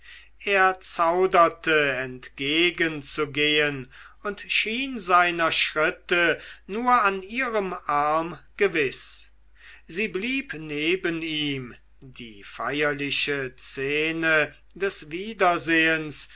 er zauderte entgegenzugehen und schien seiner schritte nur an ihrem arm gewiß sie blieb neben ihm die feierliche szene des wiedersehens